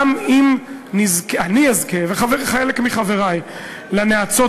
גם אם אני וחלק מחברי נזכה לנאצות